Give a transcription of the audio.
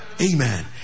amen